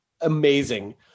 amazing